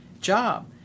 job